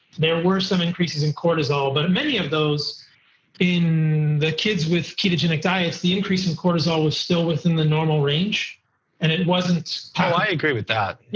there were some increases in cortisol, but in many of those in the kids with ketogenic diets, the increase in cortisol was still within the normal range and it wasn't oh, i agree with that. yeah